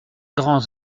grands